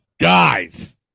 Guys